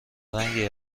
رنگی